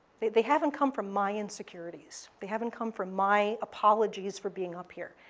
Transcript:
they they haven't come for my insecurities. they haven't come for my apologies for being up here.